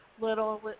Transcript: little